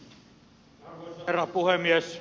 arvoisa herra puhemies